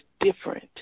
different